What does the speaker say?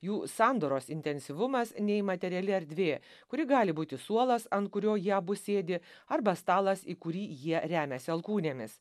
jų sandoros intensyvumas nei materiali erdvė kuri gali būti suolas ant kurio jie abu sėdi arba stalas į kurį jie remiasi alkūnėmis